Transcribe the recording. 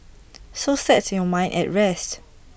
so set your mind at rest